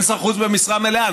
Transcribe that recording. אין שר חוץ במשרה מלאה.